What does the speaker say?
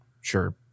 Sure